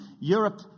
Europe